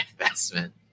investment